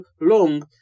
long